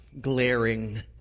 glaring